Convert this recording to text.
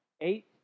Eight